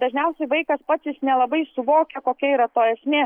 dažniausiai vaikas pats jis nelabai suvokia kokia yra toji esmė